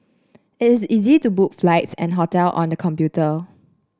it is easy to book flights and hotel on the computer